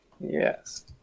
Yes